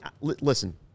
Listen